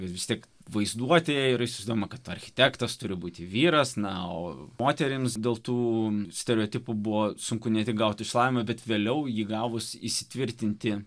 bet vis tik vaizduotėje ir išsiųsdama kad architektas turi būti vyras na o moterims dėl tų stereotipų buvo sunku ne tik gauti šlama bet vėliau įgavus įsitvirtinti